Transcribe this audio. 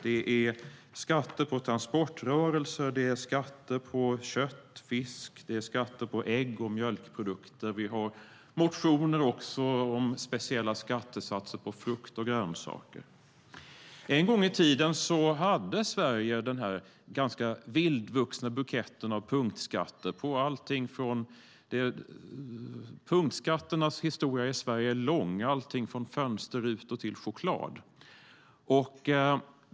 Det handlar om skatter på transportrörelser, skatter på kött och fisk och skatter på ägg och mjölkprodukter. Det finns också motioner om speciella skattesatser på frukt och grönsaker. En gång i tiden hade Sverige en ganska vildvuxen bukett av punktskatter. Punktskatternas historia i Sverige är lång. Det handlar om allt från fönsterrutor till choklad.